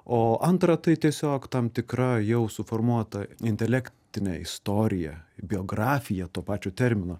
o antra tai tiesiog tam tikra jau suformuota intelektinė istorija biografija to pačio termino